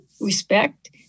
respect